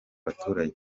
abaturage